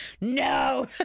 no